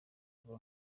vuba